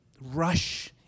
rush